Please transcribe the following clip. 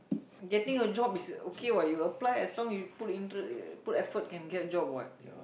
getting a job is okay [what] you apply as long you put interest put effort can get job [what]